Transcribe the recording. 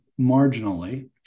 marginally